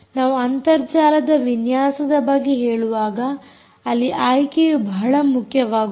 ನಾವು ಅಂತರ್ಜಾಲದ ವಿನ್ಯಾಸದ ಬಗ್ಗೆ ಹೇಳುವಾಗ ಅಲ್ಲಿ ಆಯ್ಕೆಯು ಬಹಳ ಮುಖ್ಯವಾಗುತ್ತದೆ